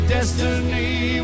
Destiny